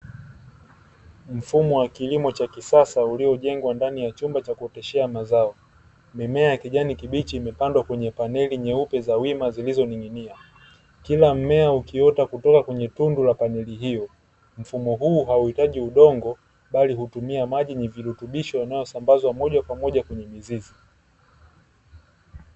Mfumo wa kilimo cha kisasa uliojengwa ndani ya chumba cha kuoteshea mazao. Mimea ya kijani kibichi imepandwa kwenye paneli nyeupe za wima zilizoning'inia, kila mmea ukiota kutoka kwenye tundu la paneli hiyo. Mfumo huu hauhitaji udongo bali hutumia maji yenye virutubisho yanayosambazwa moja kwa moja kwenye mizizi.